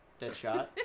Deadshot